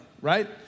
right